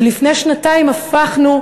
ולפני שנתיים הפכנו,